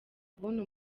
kubona